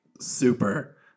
Super